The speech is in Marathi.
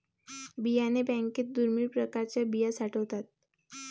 बियाणे बँकेत दुर्मिळ प्रकारच्या बिया साठवतात